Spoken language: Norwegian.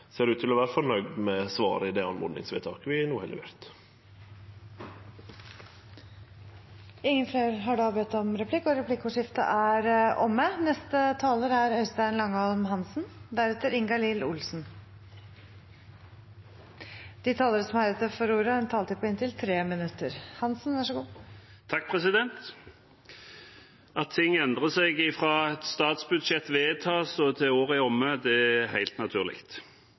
ser ut til å vere fornøgd med svaret på oppmodingsvedtaket vi no har levert. Replikkordskiftet er omme. De talere som heretter får ordet, har en taletid på inntil 3 minutter. At ting endrer seg fra et statsbudsjett vedtas til året er omme, er helt naturlig, og det har selvfølgelig opposisjonen forståelse for. Men det er